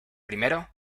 primero